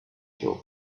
through